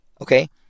okay